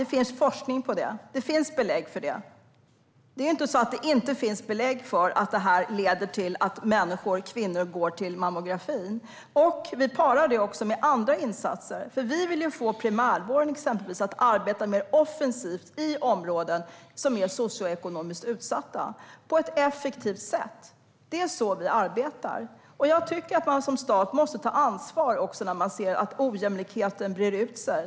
Det finns forskning och belägg. Det är inte så att det inte finns belägg för att avgiftsfri screening leder till att kvinnor går till mammografi. Vi parar detta med andra insatser. Vi vill få primärvården att arbeta mer offensivt och effektivt i socioekonomiskt utsatta områden. Det är så vi arbetar. Jag tycker att staten måste ta ansvar när man ser att ojämlikheten breder ut sig.